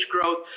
growth